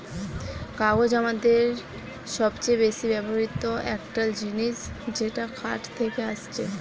কাগজ আমাদের সবচে বেশি ব্যবহৃত একটা ল জিনিস যেটা কাঠ থেকে আসছে